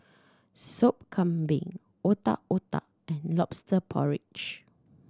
Soup Kambing Otak Otak and Lobster Porridge